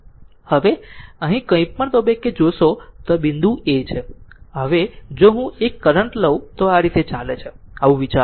હવે અહીં કોઈ પણ તબક્કે જોશો તો આ બિંદુ a છે હવે જો હું એક કરંટ લઉં તો તે આ રીતે ચાલે છે આવું વિચારો